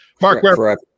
Mark